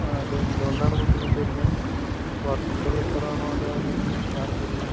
ആ അതെന്തുകൊണ്ടാണ് ബുദ്ധിമുട്ട് വരുന്നത് വർക്കിൻറ്റെ പ്രെഷറാണോ അതോ അല്ലെങ്കില് വേറെയെന്തെങ്കിലും